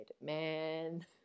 man